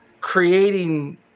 creating